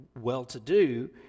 well-to-do